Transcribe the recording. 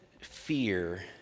fear